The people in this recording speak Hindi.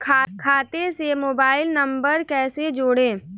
खाते से मोबाइल नंबर कैसे जोड़ें?